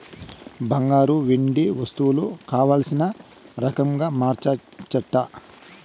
బంగారు, వెండి వస్తువులు కావల్సిన రకంగా మార్చచ్చట